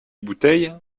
bouteille